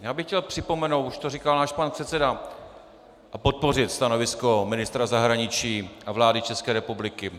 Já bych chtěl připomenout, už to říkal náš pan předseda, a podpořit stanovisko ministra zahraničí a vlády České republiky.